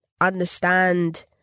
understand